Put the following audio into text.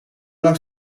lang